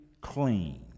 clean